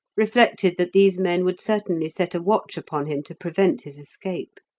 reflected that these men would certainly set a watch upon him to prevent his escape.